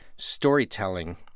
storytelling